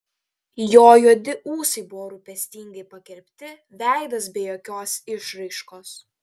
jo juodi ūsai buvo rūpestingai pakirpti veidas be jokios išraiškos